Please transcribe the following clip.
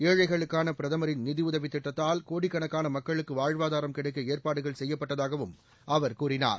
ஏழைகளுக்கான பிரதமரின் நிதியுதவி திட்டத்தால் கோடிக்கணக்கான மக்களுக்கு வாழ்வாதாரம் கிடைக்க ஏற்பாடுகள் செய்யப்பட்டதாகவும் அவர் கூறினார்